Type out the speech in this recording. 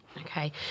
okay